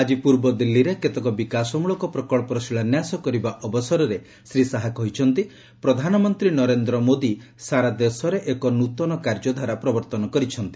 ଆଜି ପ୍ରର୍ବ ଦିଲ୍ଲୀରେ କେତେକ ବିକାଶମ୍ଭଳକ ପ୍ରକଳ୍ପର ଶିଳାନ୍ୟାସ କରିବା ଅବସରରେ ଶ୍ରୀ ଶାହା କହିଛନ୍ତି ପ୍ରଧାନମନ୍ତ୍ରୀ ନରେନ୍ଦ୍ର ମୋଦୀ ସାରା ଦେଶରେ ଏକ ନୃତନ କାର୍ଯ୍ୟଧାରା ପ୍ରବର୍ତ୍ତନ କରିଛନ୍ତି